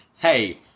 Hey